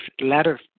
latter